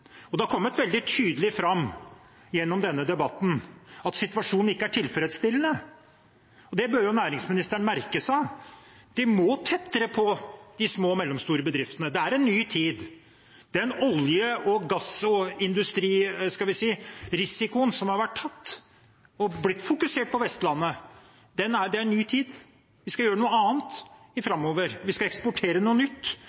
Det har kommet veldig tydelig fram gjennom denne debatten at situasjonen ikke er tilfredsstillende. Det bør næringsministeren merke seg. De må tettere på de små og mellomstore bedriftene. Det er en ny tid. Den olje- og gassindustririsikoen som har vært tatt og blitt fokusert på Vestlandet – det er en ny tid. Vi skal gjøre noe annet